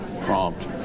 prompt